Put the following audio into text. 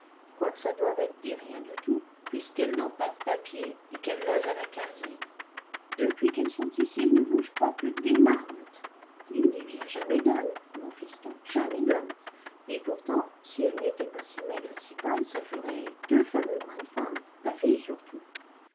quoique ça doive être des rien du tout puisqu'elles n'ont pas de papiers et qu'elles logent à la quinzaine depuis qu'elles sont ici elles ne bougent pas plus que des marmottes il n'y vient jamais d'hommes mon fiston jamais d'hommes et pourtant si elles n'étaient pas si maigres et si pâles ça ferait deux fameux brins de femme la fille surtout